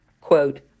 quote